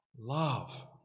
Love